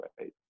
right